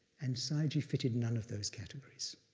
and sayagyi fitted none of those categories.